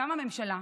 קמה ממשלה,